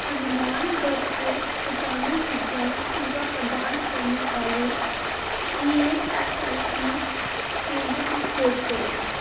हनुमानगढ़ च कटाणु विज्ञान सेवां प्रदान करने आह्ले E A S I C केंदरें दी खोज करो